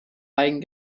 eigen